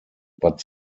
but